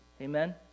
Amen